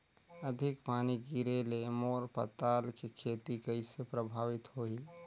अधिक पानी गिरे ले मोर पताल के खेती कइसे प्रभावित होही?